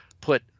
put